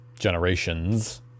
Generations